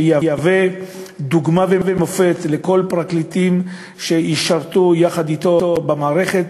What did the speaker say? שיהווה דוגמה ומופת לכל הפרקליטים שישרתו יחד אתו במערכת,